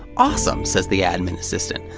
awesome! says the admin assistant.